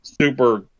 super